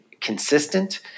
consistent